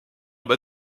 bas